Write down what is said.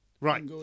Right